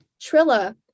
Trilla